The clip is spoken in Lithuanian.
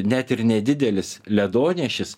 net ir nedidelis ledonešis